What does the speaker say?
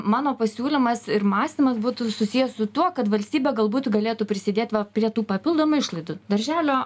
mano pasiūlymas ir mąstymas būtų susijęs su tuo kad valstybė galbūt galėtų prisidėt va prie tų papildomų išlaidų darželio